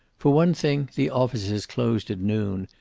for one thing, the offices closed at noon,